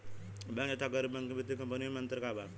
Bank तथा गैर banking वित्तीय कम्पनीयो मे अन्तर का बा?